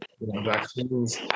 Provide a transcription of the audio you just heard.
vaccines